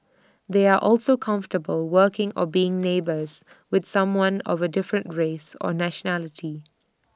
they are also comfortable working or being neighbours with someone of A different race or nationality